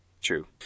True